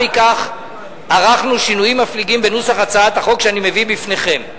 עקב כך ערכנו שינויים מפליגים בנוסח הצעת החוק שאני מביא בפניכם.